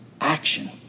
action